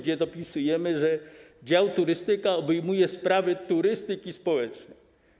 Dopisujemy tam: dział turystyka obejmuje sprawy turystyki społecznej.